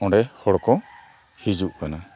ᱚᱸᱰᱮ ᱦᱚᱲ ᱠᱚ ᱦᱤᱡᱩᱜ ᱠᱟᱱᱟ